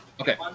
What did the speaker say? Okay